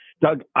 Doug